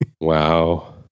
Wow